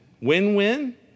Win-win